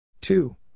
Two